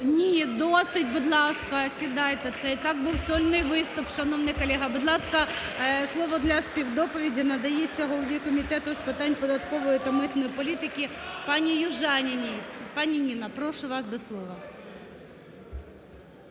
Ні, досить! Будь ласка, сідайте. Це і так був сольний виступ, шановний колего. Будь ласка, слово для співдоповіді надається голові Комітету з питань податкової та митної політики пані Южаніній. Пані Ніно, прошу вас до слова.